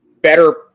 better –